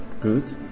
good